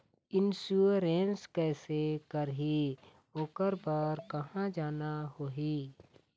Insurance कैसे करही, ओकर बर कहा जाना होही?